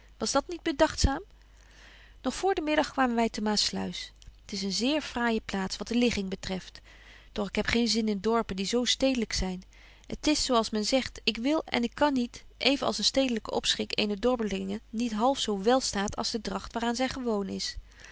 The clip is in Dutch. was dat niet bedagtzaam nog voor den middag kwamen wy te maassluis t is een zeer fraaije plaats wat de ligging betreft doch ik heb geen zin in dorpen die zo stedelyk zyn t is zo als men zegt betje wolff en aagje deken historie van mejuffrouw sara burgerhart ik wil en ik kan niet even als een stedelyke opschik eene dorpelinge niet half zo wél staat als de dragt waar aan zy gewoon is